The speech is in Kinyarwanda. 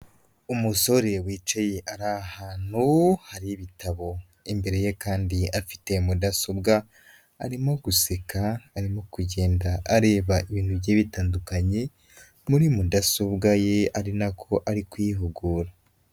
Umusore wicaye ari ahantu hari ibitabo, imbere ye kandi afite mudasobwa arimo guseka, arimo kugenda areba ibintu bigiye bitandukanye muri mudasobwa ye ari na ko ari kwihugura.